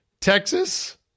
Texas